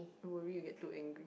worry you get too angry